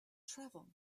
travel